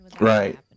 Right